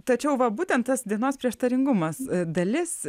tačiau va būtent tas dienos prieštaringumas dalis